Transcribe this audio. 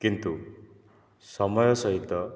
କିନ୍ତୁ ସମୟ ସହିତ